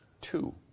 two